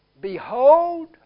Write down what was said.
Behold